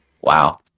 wow